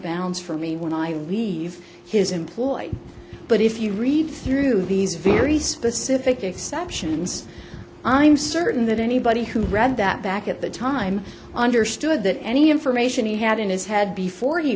bounds for me when i leave his employ but if you read through these very specific exceptions i'm certain that anybody who read that back at the time understood that any information he had in his head before he